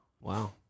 wow